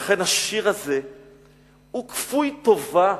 לכן השיר הזה הוא כפיות טובה,